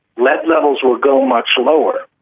lead levels will go much lower.